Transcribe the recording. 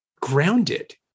grounded